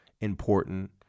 important